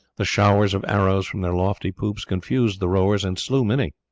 the showers of arrows from their lofty poops confused the rowers and slew many.